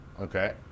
okay